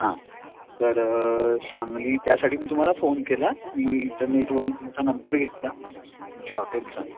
हां तर सांगली त्यासाठी मी तुम्हाला फोन केला मी इंटरनेटवरून तुमचा नंबर घेतला तुमच्या हॉटेलचा